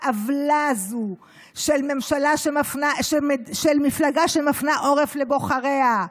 העוולה הזו של מפלגה שמפנה עורף לבוחריה,